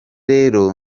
rero